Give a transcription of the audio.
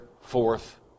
fourth